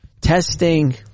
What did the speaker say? testing